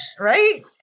Right